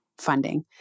funding